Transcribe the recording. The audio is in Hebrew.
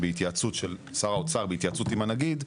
שר האוצר בהתייעצות עם הנגיד,